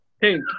Pink